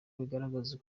bigaragaza